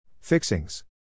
Fixings